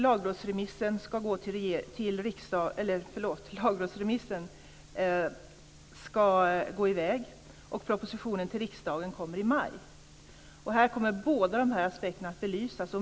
Lagrådsremissen ska gå i väg, och propositionen till riksdagen kommer i maj. Här kommer båda aspekterna att belysas.